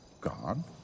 God